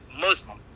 Muslim